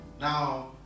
Now